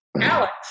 Alex